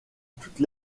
toutes